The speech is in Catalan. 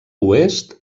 oest